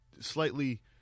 slightly